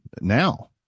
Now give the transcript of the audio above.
now